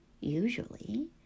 usually